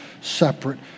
separate